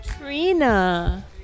trina